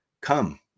Come